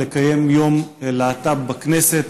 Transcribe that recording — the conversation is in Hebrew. לקיים יום להט"ב בכנסת.